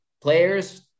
players